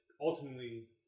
ultimately